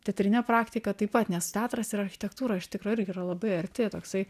teatrinė praktika taip pat nes teatras ir architektūra iš tikro irgi yra labai arti toksai